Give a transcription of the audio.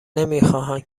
نمیخواهند